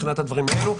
מבחינת הדברים האלה.